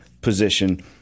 position